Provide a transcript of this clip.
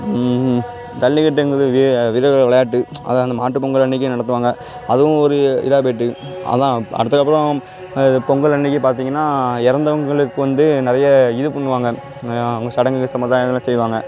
ஜல்லிக்கட்டுங்கிறது வெ வீரர்கள் விளையாட்டு அது அந்த மாட்டுப் பொங்கல் அன்னக்கு நடத்துவாங்க அதுவும் ஒரு இதாக போயிகிட்டு அதான் அடுத்ததுக்கு அப்புறம் இது பொங்கல் அன்னக்கு பார்த்திங்கன்னா இறந்தவங்களுக்கு வந்து நிறைய இது பண்ணுவாங்க அவங்க சடங்குகள் சம்பிர்தாயம் இதெலாம் செய்வாங்க